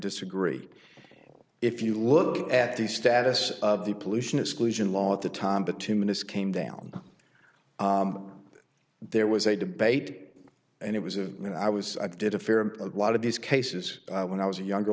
disagree if you look at the status of the pollution exclusion law at the time but two minutes came down there was a debate and it was of when i was i did a fair and a lot of these cases when i was younger